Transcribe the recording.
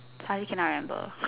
suddenly can not remember